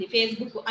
Facebook